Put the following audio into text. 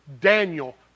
Daniel